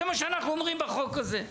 זה מה שאנחנו אומרים בחוק הזה.